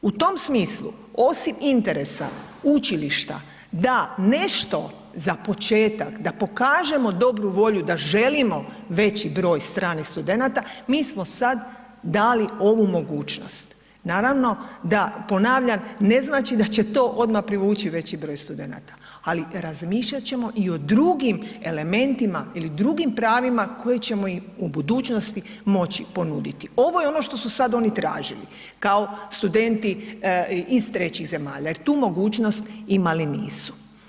U tom smislu osim interesa učilišta da nešto za početak, da pokažemo dobru volju da želimo veći broj stranih studenata, mi smo sad dali ovu mogućnost, naravno da, ponavljam, ne znači da će to odma privući veći broj studenata, ali razmišljat ćemo i o drugim elementima ili drugim pravima koje ćemo im u budućnosti moći ponuditi, ovo je ono što su sad oni tražili kao studenti iz trećih zemalja jer tu mogućnost imali nisu.